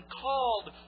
called